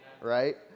right